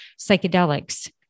psychedelics